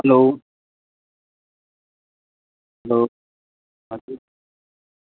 hello hello हजुर